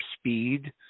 speed